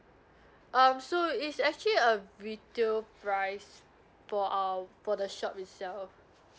um so it's actually a retail price for uh for the shop itself